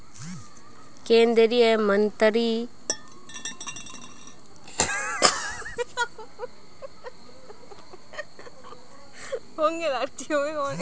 केन्द्रीय मन्त्रीमंडललेर मन्त्रीकक वित्त मन्त्री एके रूपत नियुक्त करवा सके छै